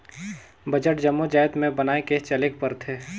budget जम्मो जाएत में बनाए के चलेक परथे